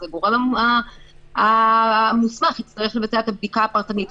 אז הגורם המוסמך יצטרך לבצע את הבדיקה הפרטנית.